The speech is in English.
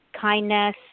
kindness